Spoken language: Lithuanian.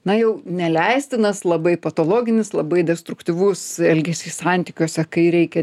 na jau neleistinas labai patologinis labai destruktyvus elgesys santykiuose kai reikia